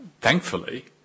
thankfully